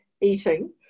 eating